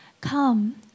Come